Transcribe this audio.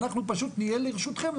ואנחנו פשוט נהיה לרשותכם.